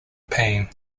pain